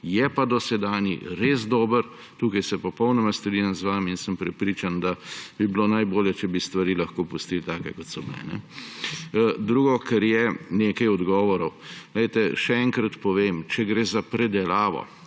Je pa dosedanji res dober, tukaj se popolnoma strinjam z vami, in sem prepričan, da bi bilo najbolje, če bi stvari lahko pustili take, kot so. Drugo, kar je, nekaj odgovorov. Še enkrat povem, če gre za predelavo,